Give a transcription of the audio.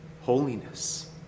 holiness